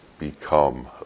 become